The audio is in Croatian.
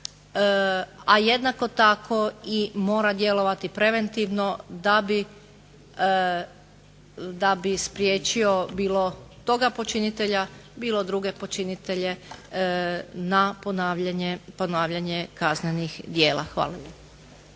a jednako tako i mora djelovati preventivno da bi spriječio bilo toga počinitelja, bilo druge počinitelje na ponavljanje kaznenih djela. Hvala